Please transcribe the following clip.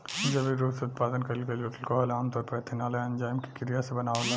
जैविक रूप से उत्पादन कईल गईल अल्कोहल आमतौर पर एथनॉल आ एन्जाइम के क्रिया से बनावल